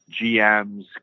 GMs